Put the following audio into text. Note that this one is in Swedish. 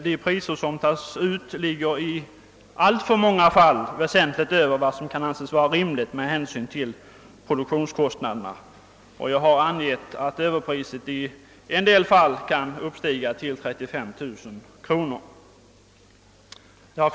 De priser som tas ut ligger i alltför många fall väsentligt över vad som kan anses vara rimligt med hänsyn till produktionskostnaderna. Jag har angett att överpriser i en del fall kan uppgå till 35 000 kronor.